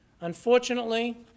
Unfortunately